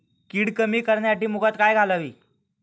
कीड कमी करण्यासाठी मुगात काय घालावे?